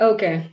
Okay